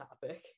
topic